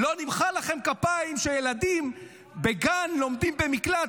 לא נמחא לכם כפיים כשילדים בגן לומדים במקלט,